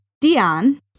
Dion